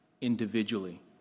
individually